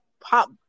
pop